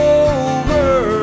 over